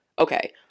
okay